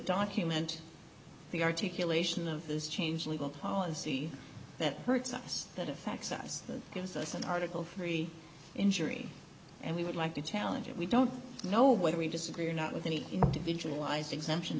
document the articulation of this change legal policy that hurts us that affects us gives us an article three injury and we would like to challenge it we don't know whether we disagree or not with any individualized exemption